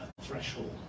threshold